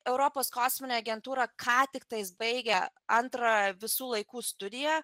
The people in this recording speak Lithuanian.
europos kosminė agentūra ką tiktais baigė antrą visų laikų studiją